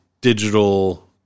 digital